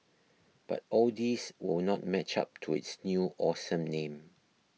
but all these will not match up to its new awesome name